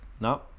No